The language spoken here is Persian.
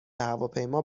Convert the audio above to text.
هواپیما